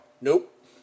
nope